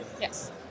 Yes